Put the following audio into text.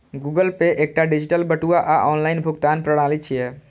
Google Pay एकटा digital बटुआ आ ऑनलाइन भुगतान प्रणाली छियै